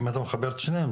אם אתה מחבר את שניהם,